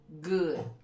Good